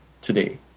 today